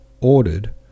ordered